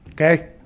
okay